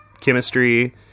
chemistry